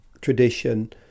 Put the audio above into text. tradition